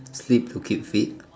sleep to keep fit